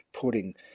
putting